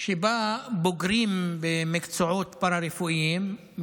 לגבי בוגרים במקצועות פארה-רפואיים,